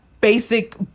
basic